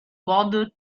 bothered